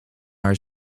haar